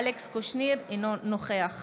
אינו נוכח